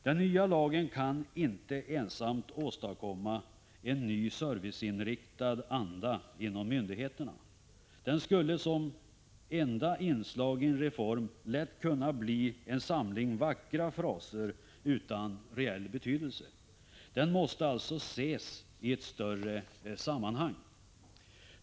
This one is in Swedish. Den nya lagen kan inte ensam åstadkomma en ny serviceinriktad anda inom myndigheterna. Den skulle som enda inslag i en reform lätt kunna bli en samling vackra fraser utan reell betydelse. Den måste alltså ses i ett större sammanhang.